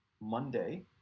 Monday